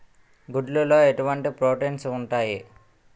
గుడ్లు లో ఎటువంటి ప్రోటీన్స్ ఉంటాయి?